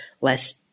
less